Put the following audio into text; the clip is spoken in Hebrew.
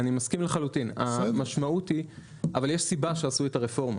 אני מסכים לחלוטין אבל יש סיבה שעשו את הרפורמה.